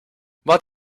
what